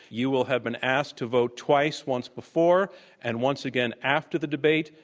you will have been asked to vote twice, once before and once again after the debate.